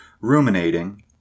ruminating